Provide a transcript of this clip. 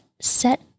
set